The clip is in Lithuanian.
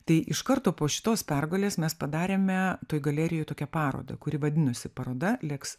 tai iš karto po šitos pergalės mes padarėme toj galerijoj tokią parodą kuri vadinosi paroda liks